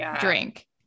drink